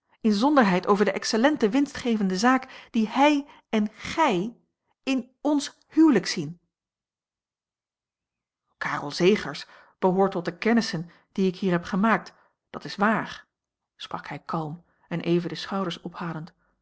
inzonderheid over de excellente winstgevende zaak die hij en gij in ons huwelijk zien karel zegers behoort tot de kennissen die ik hier heb gemaakt dat is waar sprak hij kalm en even de schouders ophalend